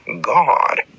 God